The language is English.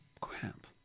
crap